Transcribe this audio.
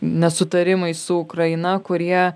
nesutarimai su ukraina kurie